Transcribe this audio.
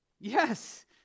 Yes